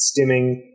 stimming